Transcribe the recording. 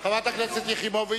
חברת הכנסת יחימוביץ,